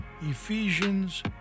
Ephesians